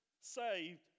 saved